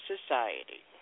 society